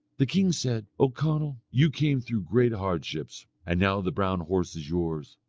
the king said, o conall, you came through great hardships. and now the brown horse is yours,